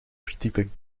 verdieping